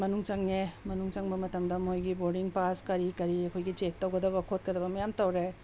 ꯃꯅꯨꯡ ꯆꯪꯉꯦ ꯃꯅꯨꯡ ꯆꯪꯕ ꯃꯇꯝꯗ ꯃꯣꯏꯒꯤ ꯕꯣꯔꯗꯤꯡ ꯄꯥꯁ ꯀꯔꯤ ꯀꯔꯤ ꯑꯩꯈꯣꯏꯒꯤ ꯆꯦꯛ ꯇꯧꯒꯗꯕ ꯈꯣꯠꯀꯗꯕ ꯃꯌꯥꯝ ꯇꯧꯔꯦ